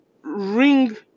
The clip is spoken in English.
ring